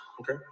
Okay